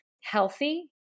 healthy